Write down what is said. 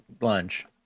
lunch